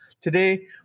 Today